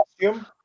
costume